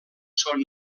són